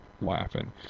laughing